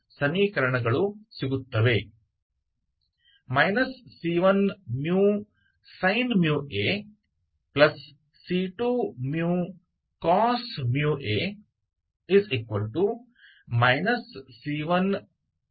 समीकरण एक और दो से प्रणाली के रूप में एक माना जाता है